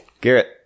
Garrett